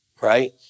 right